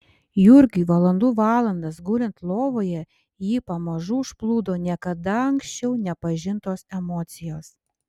jurgiui valandų valandas gulint lovoje jį pamažu užplūdo niekada anksčiau nepažintos emocijos